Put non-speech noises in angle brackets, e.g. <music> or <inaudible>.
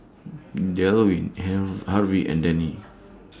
<noise> Delwin <unintelligible> Harvey and Dannie <noise>